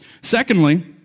Secondly